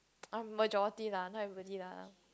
um majority lah not everybody lah